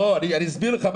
למה להחזיר?